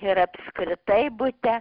ir apskritai bute